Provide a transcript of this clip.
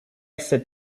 sit